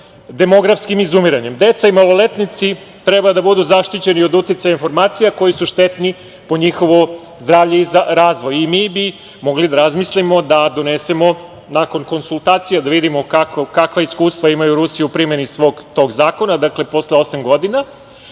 demografskim izumiranjem. Deca i maloletnici treba da budu zaštićeni od uticaja informacija koji su štetni po njihovo zdravlje i razvoj i mi bi mogli da razmislimo da donesemo, nakon konsultacija da vidimo kakva iskustva imaju Rusi u primeni svog tog zakona posle osam godina